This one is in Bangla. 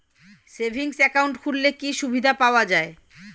সেভিংস একাউন্ট খুললে কি সুবিধা পাওয়া যায়?